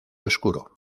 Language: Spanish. oscuro